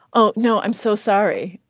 um no, i'm so sorry.